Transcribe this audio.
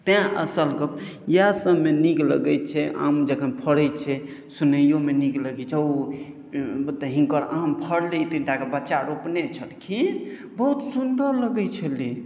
तैँ असल गप्प इएह सभमे नीक लगैत छै आम जखन फड़ैत छै सुनैयोमे नीक लगैत छै ओ हिनकर आम फड़लनि एतनी टाके बच्चा रोपने छलखिन बहुत सुन्दर लगैत छलै